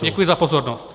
Děkuji za pozornost.